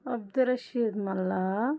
Abdul Rashid Malla